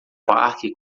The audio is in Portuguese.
parque